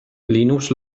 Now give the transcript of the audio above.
linus